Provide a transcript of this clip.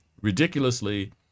ridiculously